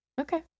Okay